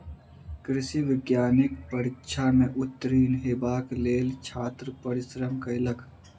कृषि वैज्ञानिक परीक्षा में उत्तीर्ण हेबाक लेल छात्र परिश्रम कयलक